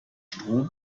strom